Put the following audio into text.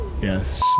Yes